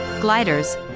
gliders